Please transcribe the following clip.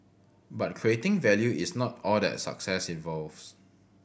but creating value is not all that success involves